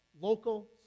local